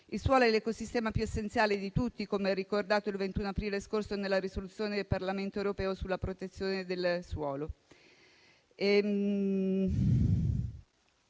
Il suolo è l'ecosistema più essenziale di tutti, come ricordato il 21 aprile scorso nella risoluzione del Parlamento europeo sulla protezione del suolo.